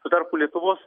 tuo tarpu lietuvos